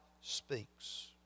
speaks